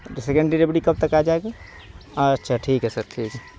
تب تو سکنڈ ڈریبڑی کب تک آ جائے گا اچھا ٹھیک ہے سر ٹھیک ہے